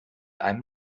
einem